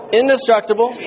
indestructible